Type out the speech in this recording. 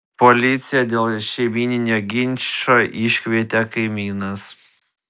policiją dėl šeimyninio ginčo iškvietė kaimynas